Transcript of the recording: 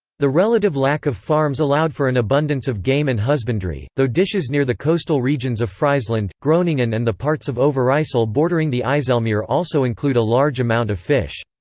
the relative lack of farms allowed for an abundance of game and husbandry, though dishes near the coastal regions of friesland, groningen and the parts of overijssel bordering the ijsselmeer also include a large amount of fish.